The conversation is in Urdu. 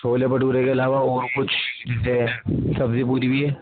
چھولے بٹورے کے علاوہ اور کچھ جیسے سبزی پوری بھی ہے